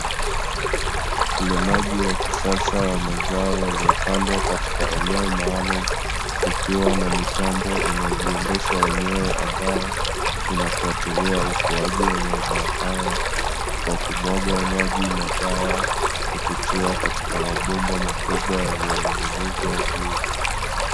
Ulimaji wa kisasa wa mazao yaliyopandwa katika eneo maalumu kukiwa na mitambo inayojiendesha yenyewe, ambayo inafatilia ukuaji wa mazao hayo kwa kumwaga maji na dawa kupitia katika mabomba makubwa yaliyoning'inizwa juu.